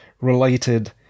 related